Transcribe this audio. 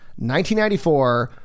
1994